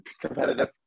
competitive